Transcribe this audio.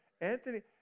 Anthony